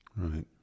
Right